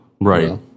Right